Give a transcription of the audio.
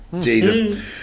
Jesus